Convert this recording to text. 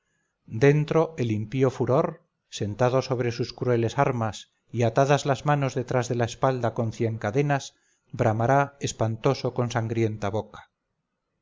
dentro el impío furor sentado sobre sus crueles armas y atadas las manos detrás de la espalda con cien cadenas bramará espantoso con sangrienta boca